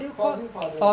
founding father